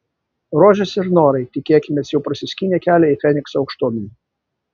rožės ir norai tikėkimės jau prasiskynė kelią į fenikso aukštuomenę